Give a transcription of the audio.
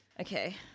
Okay